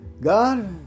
God